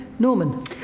Norman